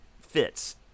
fits